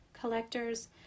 collectors